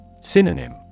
Synonym